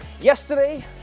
Yesterday